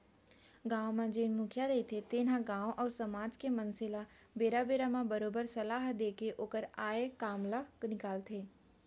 गाँव म जेन मुखिया रहिथे तेन ह गाँव अउ समाज के मनसे ल बेरा बेरा म बरोबर सलाह देय के ओखर आय काम ल निकालथे